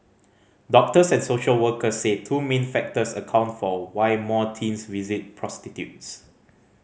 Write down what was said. doctors and social workers say two main factors account for why more teens visit prostitutes